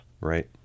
Right